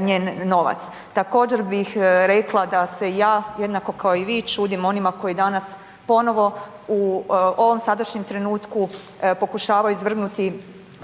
njen novac. Također bih rekla da se ja jednako kako i vi čudim onima koji danas ponovo u ovom sadašnjem trenutku pokušavaju izvrgnuti